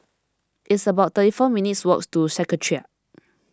it's about thirty four minutes' walk to Secretariat